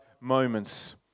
moments